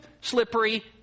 slippery